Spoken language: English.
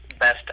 best